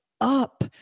up